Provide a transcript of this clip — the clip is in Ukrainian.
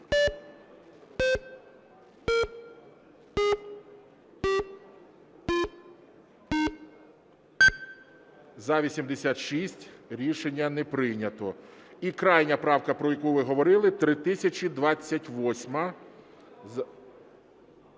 За-86 Рішення не прийнято. І крайня правка, про яку ви говорили, 3028-а.